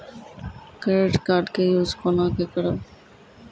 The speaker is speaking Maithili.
क्रेडिट कार्ड के यूज कोना के करबऽ?